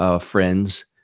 friends